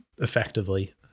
effectively